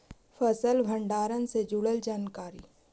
फसल भंडारन से जुड़ल जानकारी?